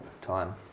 time